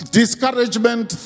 discouragement